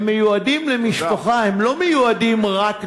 הם מיועדים למשפחה, הם לא מיועדים רק לאישה.